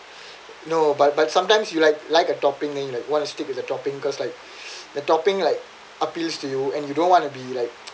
no but but sometimes you like like a topping then you like want to switch the topping cause like the topping like appeals to you and you don't want to be like